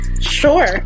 Sure